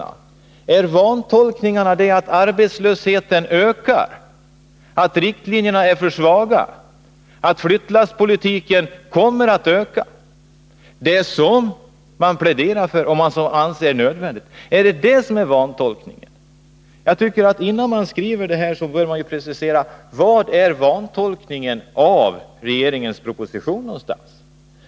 Är det vantolkningar att säga att arbetslösheten ökar, att riktlinjerna är för svaga eller att det kommer att bli mer flyttlasspolitik? Det är ju sådant man pläderar för och anser nödvändigt. Innan man skriver på detta sätt bör man precisera var våra vantolkningar av regeringens proposition finns.